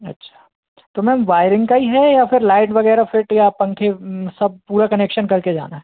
अच्छा तो ma'am wiring का ही है या फिर लाइट वगैरह फिट या पंखे सब पूरा कनेक्शन करके जाना है